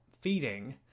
feeding